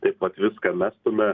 taip vat viską mestume